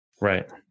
Right